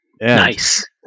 Nice